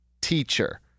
teacher